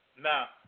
Now